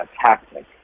tactic